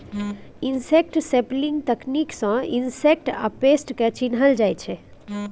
insect sampling तकनीक सँ insect या पेस्ट केँ चिन्हल जाइ छै